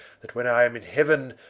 that when i am in heauen,